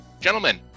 gentlemen